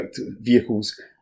vehicles